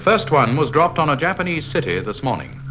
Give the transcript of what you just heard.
first one was dropped on a japanese city this morning.